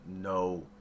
no